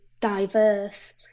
diverse